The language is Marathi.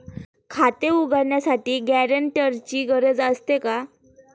खाते उघडण्यासाठी गॅरेंटरची गरज असते का?